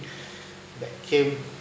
that came